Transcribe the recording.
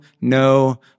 no